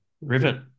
Rivet